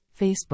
Facebook